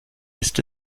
ist